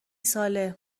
ساله